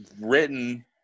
written